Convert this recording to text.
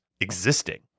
existing